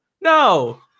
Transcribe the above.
No